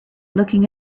looking